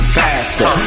faster